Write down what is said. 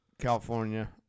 California